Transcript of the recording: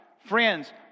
Friends